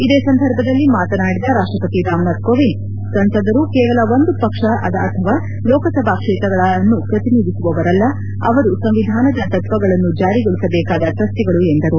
ಇದೇ ಸಂದರ್ಭದಲ್ಲಿ ಮಾತನಾಡಿದ ರಾಷ್ಟ್ರಪತಿ ರಾಮನಾಥ್ ಕೋವಿಂದ್ ಸಂಸದರು ಕೇವಲ ಒಂದು ಪಕ್ಷದ ಅಥವಾ ಲೋಕಸಭಾ ಕ್ಷೇತ್ರಗಳನ್ನು ಪ್ರತಿನಿಧಿಸುವವರಲ್ಲ ಅವರು ಸಂವಿಧಾನದ ತತ್ವಗಳನ್ನು ಜಾರಿಗೊಳಿಸಬೇಕಾದ ಟ್ರಸ್ವಿಗಳು ಎಂದರು